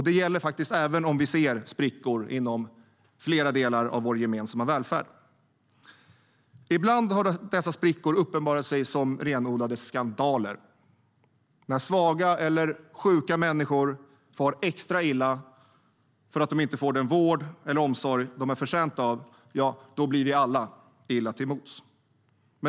Det gäller faktiskt även om vi ser sprickor inom flera delar av vår gemensamma välfärd. Ibland har dessa sprickor uppenbarat sig som renodlade skandaler. När svaga eller sjuka människor far extra illa för att de inte får den vård eller omsorg de är förtjänta av, ja, då blir vi alla illa till mods.